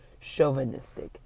chauvinistic